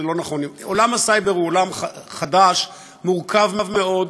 עולם הסייבר הוא עולם חדש, מורכב מאוד.